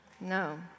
No